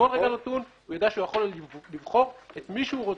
שבכל רגע נתון הוא יידע שהוא יכול לבחור את מי שהוא רוצה.